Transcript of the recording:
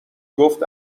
گفت